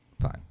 fine